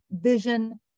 vision